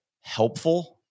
helpful